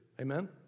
Amen